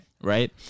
Right